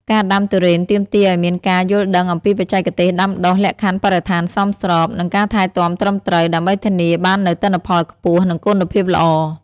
ការដាំទុរេនទាមទារឲ្យមានការយល់ដឹងអំពីបច្ចេកទេសដាំដុះ លក្ខខណ្ឌបរិស្ថានសមស្រប និងការថែទាំត្រឹមត្រូវ ដើម្បីធានាបាននូវទិន្នផលខ្ពស់ និងគុណភាពល្អ។